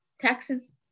taxes